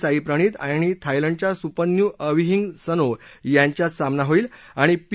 साईप्रणीत आणि थायलंडच्या सुप्पन्यू अविहिंगसनो यांच्यात सामना होईल आणि पी